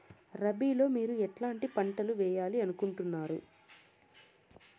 రబిలో మీరు ఎట్లాంటి పంటలు వేయాలి అనుకుంటున్నారు?